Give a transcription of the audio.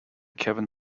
kevin